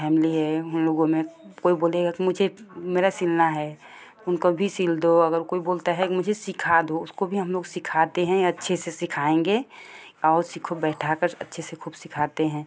family है उन लोगों में कोई बोलेगा कि मुझे मेरा सिलना है उनको भी सिल दो अगर कोई बोलता है मुझे सीखा दो उसको भी हम लोग सिखाते हैं अच्छे से सिखाएंगे आओ सीखो बैठा कर अच्छे से खूब सिखाते हैं